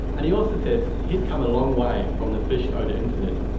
and he also says he's come a long way from the fish odour incident.